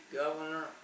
governor